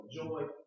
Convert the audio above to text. joy